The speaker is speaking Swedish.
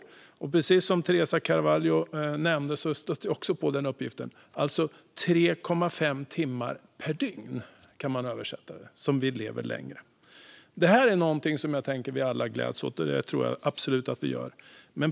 Jag stötte precis som Teresa Carvalho på uppgiften att det kan översättas med att vi lever 3,5 timmar längre per dygn. Jag tänker att det är något som vi alla gläds åt. Det tror jag absolut.